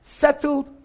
settled